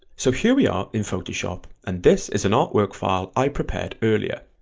so here we are in photoshop and this is an artwork file i prepared earlier,